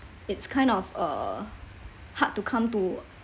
it's kind of uh hard to come to